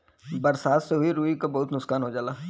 बरसात से रुई क बहुत नुकसान हो जाला